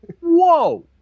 Whoa